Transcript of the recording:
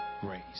grace